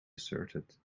asserted